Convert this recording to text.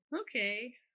okay